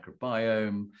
microbiome